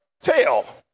tail